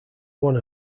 one